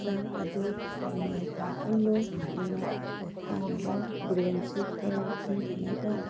ꯍꯛꯆꯥꯡ ꯑꯗꯨ ꯅꯨꯡꯉꯥꯏꯐꯝ ꯈꯪꯂꯣꯏ ꯑꯗꯨꯅ ꯄꯣꯊꯥꯅꯕ ꯕ꯭ꯔꯦꯟꯁꯤ ꯈꯔ ꯏꯪꯊꯅꯕ